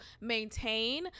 maintain